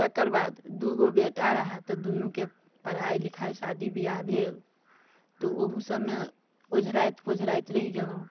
तकर बाद दू गो बेटा रहय तऽ दुनूके पढ़ाइ लिखाइ शादी बियाह भेल तऽ ओहू सभमे ओझराइत पोझराइत रहि गेलहुँ